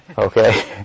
okay